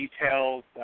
details